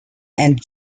and